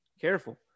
Careful